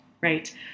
right